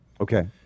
okay